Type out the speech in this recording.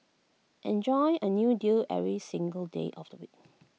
enjoy A new deal every single day of the week